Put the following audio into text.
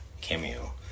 cameo